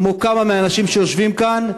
כמו כמה מהאנשים שיושבים כאן,